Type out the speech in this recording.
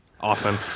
Awesome